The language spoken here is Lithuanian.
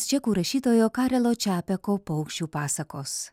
čekų rašytojo karelo čapeko paukščių pasakos